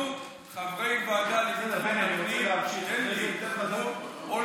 אנחנו חברי ועדת ביטחון הפנים, בסדר, בני.